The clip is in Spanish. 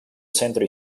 centro